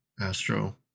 Astro